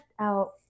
out